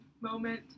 moment